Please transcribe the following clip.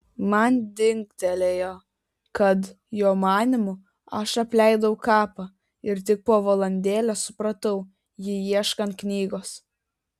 man dingtelėjo kad jo manymu aš apleidau kapą ir tik po valandėlės supratau jį ieškant knygos